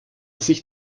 sich